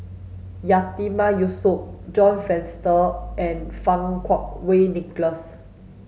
Yatiman Yusof John Fraser and Fang Kuo Wei Nicholas